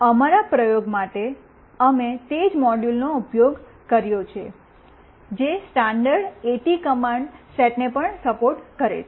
અમારા પ્રયોગ માટે અમે તે જ મોડ્યુલનો ઉપયોગ કર્યો છે જે સ્ટાન્ડર્ડ એટી કમાન્ડ સેટને પણ સપોર્ટ કરે છે